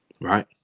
right